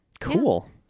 cool